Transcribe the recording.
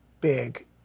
big